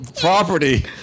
property